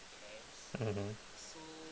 mmhmm